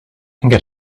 get